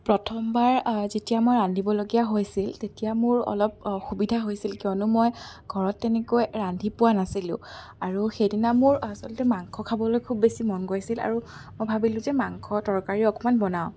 প্ৰথমবাৰ যেতিয়া মই ৰান্ধিবলগীয়া হৈছিল তেতিয়া মোৰ অলপ অসুবিধা হৈছিল কিয়নো মই ঘৰত তেনেকৈ ৰান্ধি পোৱা নাছিলোঁ আৰু সেইদিনা মোৰ আচলতে মাংস খাবলৈ খুব বেছি মন গৈছিল আৰু মই ভাবিলোঁ যে মাংস তৰকাৰী অকণমান বনাওঁ